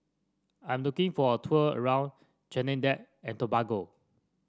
I'm looking for a tour around Trinidad and Tobago